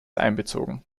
einbezogen